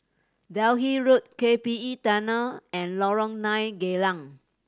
Delhi Road K P E Tunnel and Lorong Nine Geylang